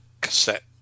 Cassette